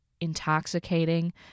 intoxicating